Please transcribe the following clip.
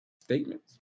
statements